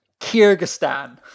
Kyrgyzstan